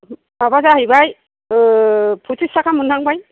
माबा जाहैबाय फयथ्रिस थाखा मोनलांबाय